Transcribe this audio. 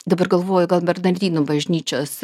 dabar galvoju gal bernardinų bažnyčios